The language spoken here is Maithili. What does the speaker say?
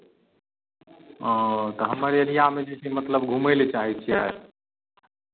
ओ तऽ हमर एरियामे जे छै मतलब घुमय लए चाहै छियै